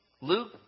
Luke